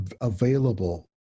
available